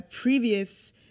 previous